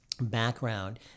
background